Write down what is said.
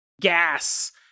gas